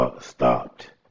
stopped